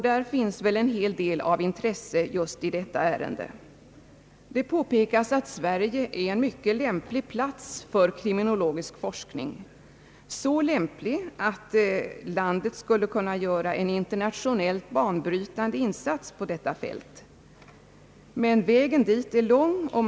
Där finns en hel del av intresse just om detta ärende. Det påpekas att Sverige är en mycket lämplig plats för kriminologisk forskning, så lämplig att landet skulle kunna göra en internationellt banbrytande insats på detta fält. Vägen till målet är dock lång.